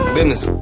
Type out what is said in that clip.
Business